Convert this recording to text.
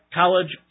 college